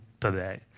today